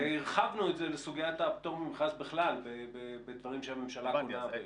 והרחבנו את זה לסוגיית הפטור ממכרז בכלל בדברים שהממשלה קונה.